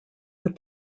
but